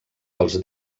dels